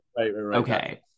okay